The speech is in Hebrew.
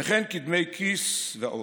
וכן כדמי כיס ועוד.